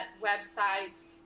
websites